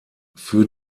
für